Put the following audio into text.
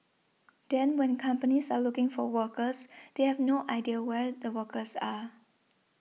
then when companies are looking for workers they have no idea where the workers are